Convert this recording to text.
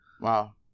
Wow